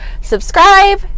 subscribe